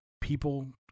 people